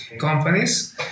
companies